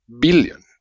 billion